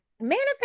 manifest